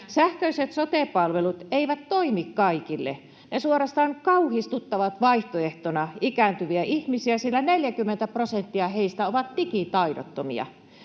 Sähköiset sote-palvelut eivät toimi kaikille. Ne suorastaan kauhistuttavat vaihtoehtona ikääntyviä ihmisiä, sillä 40 prosenttia heistä on digitaidottomia.